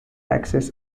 access